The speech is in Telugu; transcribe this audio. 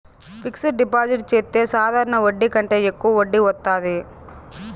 ఫిక్సడ్ డిపాజిట్ చెత్తే సాధారణ వడ్డీ కంటే యెక్కువ వడ్డీ వత్తాది